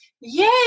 yay